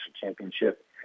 championship